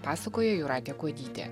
pasakoja jūratė kuodytė